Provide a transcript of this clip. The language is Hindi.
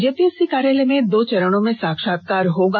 जेपीएससी कार्यालय में दो चरणों में साक्षात्कार होगा